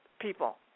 people